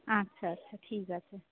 আচ্ছা আচ্ছা ঠিক আছে